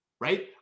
right